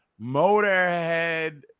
Motorhead